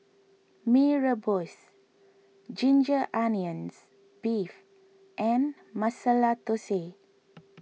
Mee Rebus Ginger Onions Beef and Masala Thosai